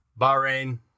Bahrain